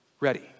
ready